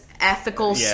ethical